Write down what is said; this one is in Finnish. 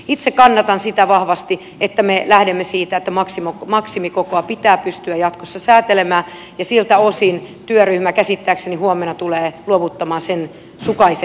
itse kannatan vahvasti sitä että me lähdemme siitä että maksimikokoa pitää pystyä jatkossa säätelemään ja siltä osin työryhmä käsittääkseni huomenna tulee luovuttamaan sensukaisen mietinnön